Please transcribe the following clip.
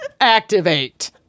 Activate